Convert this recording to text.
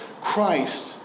Christ